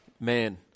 man